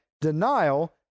Denial